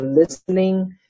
listening